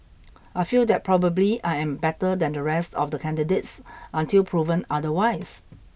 I feel that probably I am better than the rest of the candidates until proven otherwise